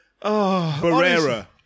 Barrera